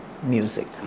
music